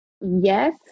Yes